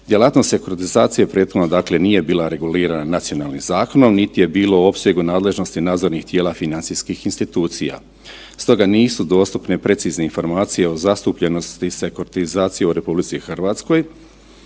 Djelatnost sekuritizacije prethodno dakle, nije bila regulirana nacionalnim zakonom niti je bila u opsegu nadležnosti nadležnih tijela financijskih institucija. Stoga nisu dostupne precizne informacije o zastupljenosti sekuritizacije u RH, međutim,